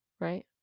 right